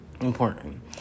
important